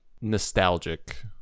nostalgic